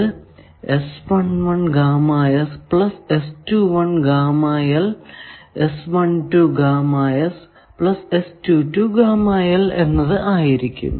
അത് എന്നത് ആയിരിക്കും